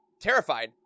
terrified